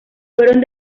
fueron